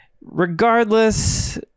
Regardless